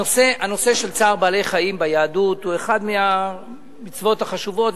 הנושא של צער בעלי-חיים ביהדות הוא אחת המצוות החשובות,